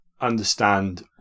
understand